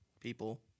people